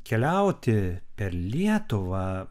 keliauti per lietuvą